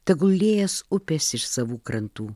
tegul liejas upės iš savų krantų